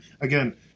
again